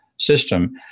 System